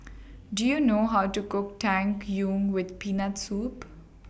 Do YOU know How to Cook Tang Yuen with Peanut Soup